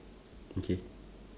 okay